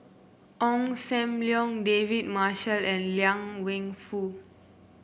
Ong Sam Leong David Marshall and Liang Wenfu